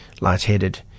lightheaded